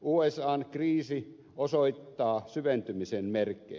usan kriisi osoittaa syventymisen merkkejä